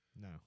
No